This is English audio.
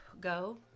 go